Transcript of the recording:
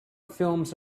films